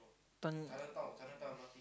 turn